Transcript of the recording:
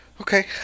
okay